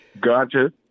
Gotcha